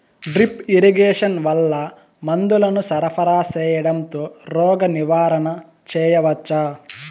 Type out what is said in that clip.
Drip irrigation వల్ల మందులను సరఫరా సేయడం తో రోగ నివారణ చేయవచ్చా?